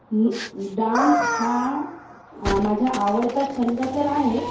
dance हा माझा आवडता छंद तर आहेच